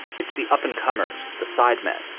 it's the up and comers, the sidemen,